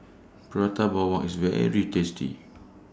Prata Bawang IS very tasty